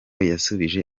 yasubije